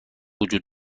وجود